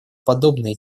подобные